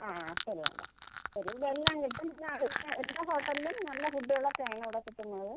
ആ ശരി മാഡം ശരി ഇവിടെ എല്ലാം കിട്ടും പിന്നെ എല്ലാ ഹോട്ടലിലും നല്ല ഫുഡുകൾ ഒക്കെയാണ് ഇവിടെ കിട്ടുന്നത്